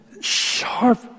sharp